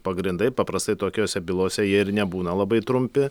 pagrindai paprastai tokiose bylose jie ir nebūna labai trumpi